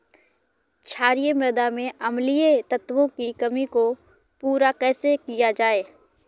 क्षारीए मृदा में अम्लीय तत्वों की कमी को पूरा कैसे किया जाए?